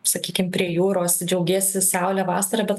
sakykim prie jūros džiaugiesi saule vasara bet